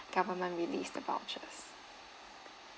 government release the vouchers